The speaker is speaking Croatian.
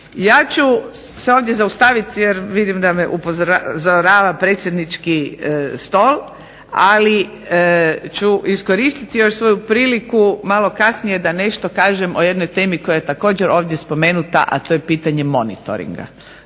Ja ću se ovdje zaustaviti jer vidim da me upozorava predsjednički stol. Ali ću iskoristiti još svoju priliku malo kasnije da nešto kažem o jednoj temi koja je također ovdje spomenuta, a to je pitanje monitoringa.